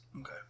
Okay